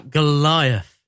Goliath